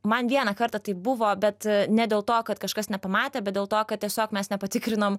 man vieną kartą taip buvo bet ne dėl to kad kažkas nepamatė bet dėl to kad tiesiog mes nepatikrinom